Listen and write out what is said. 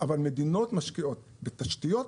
אבל מדינות משקיעות בתשתיות,